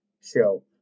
show